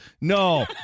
No